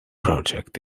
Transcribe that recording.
project